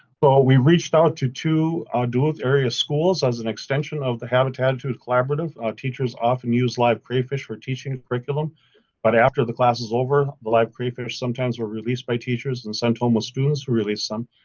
but we reached out to two duluth area schools as an extension of the habitattitude collaborative, teachers often use live crayfish for teaching curriculum but after the class is over the live crayfish sometimes were released by teachers and sent home with students who released some.